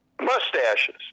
mustaches